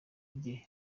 rye